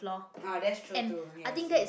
oh that's true too okay I see